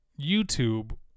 YouTube